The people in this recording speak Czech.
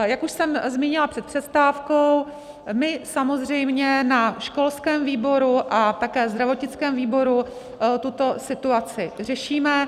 Jak už jsem zmínila před přestávkou, my samozřejmě na školském výboru a také zdravotnickém výboru tuto situaci řešíme.